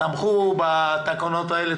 תמכו בתקנות האלה,